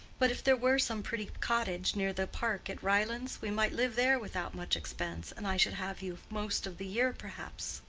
but if there were some pretty cottage near the park at ryelands we might live there without much expense, and i should have you most of the year, perhaps.